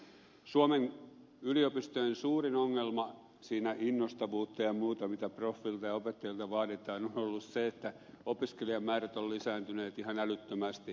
suomen yliopistojen suurin ongelma siinä innostavuudessa ja muussa mitä proffilta ja opettajilta vaaditaan on ollut se että opiskelijamäärät ovat lisääntyneet ihan älyttömästi